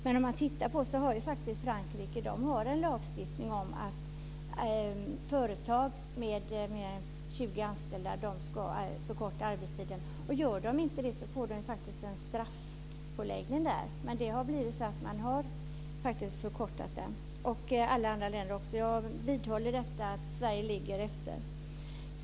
Men om man tittar på Frankrike ser man att de har en lagstiftning om att företag med mer än 20 anställda ska förkorta arbetstiden. Om de inte gör det får de en straffpålaga. Men det har blivit så att man har förkortat arbetstiden. Alla andra länder har också gjort det. Jag vidhåller att Sverige ligger efter.